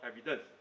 evidence